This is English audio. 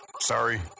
Sorry